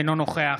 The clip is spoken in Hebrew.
אינו נוכח